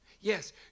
Yes